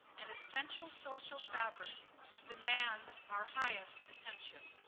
and essential social fabric demands our highest attention.